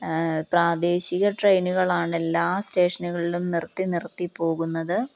പ്രാദേശിക ട്രെയിനുകളാാണ് എല്ലാ സ്റ്റേഷനുകളിലും നിർത്തി നിർത്തി പോകുന്നത്